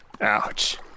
Ouch